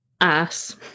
ass